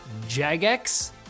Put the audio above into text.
Jagex